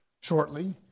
shortly